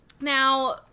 Now